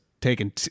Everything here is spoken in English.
Taken